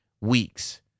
weeks